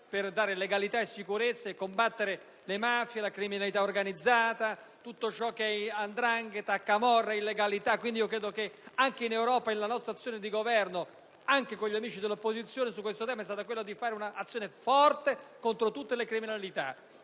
per dare legalità e sicurezza e combattere le mafie, la criminalità organizzata, la 'ndrangheta, la camorra, l'illegalità. Credo, quindi, che anche in Europa la nostra azione di Governo, anche con gli amici dell'opposizione, sia stata quella di condurre un'azione forte contro tutte le criminalità.